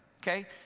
Okay